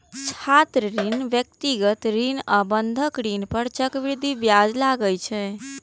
छात्र ऋण, व्यक्तिगत ऋण आ बंधक ऋण पर चक्रवृद्धि ब्याज लागै छै